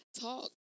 talk